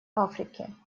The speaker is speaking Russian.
африки